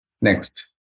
Next